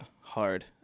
hard